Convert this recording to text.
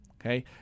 Okay